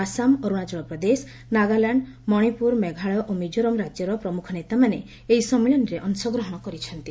ଆସାମ୍ ଅରୁଣାଚଳ ପ୍ରଦେଶ ନାଗାଲାଣ୍ଡ ମଣିପୁର ମେଘାଳୟ ଓ ମିଜୋରାମ୍ ରାଜ୍ୟର ପ୍ରମୁଖ ନେତାମାନେ ଏହି ସମ୍ମିଳନୀରେ ଅଂଶଗ୍ରହଣ କରିଛନ୍ତି